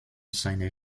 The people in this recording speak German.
seiner